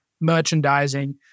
Merchandising